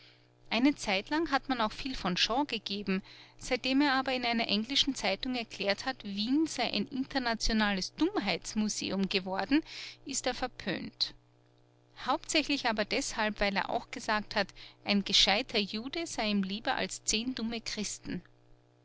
eine zeitlang hat man auch viel von shaw gegeben seitdem er aber in einer englischen zeitung erklärt hat wien sei ein internationales dummheitsmuseum geworden ist er verpönt hauptsächlich aber deshalb weil er auch gesagt hat ein gescheiter jude sei ihm lieber als zehn dumme christen